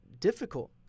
difficult